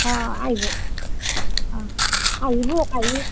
আইভো আইভো কালি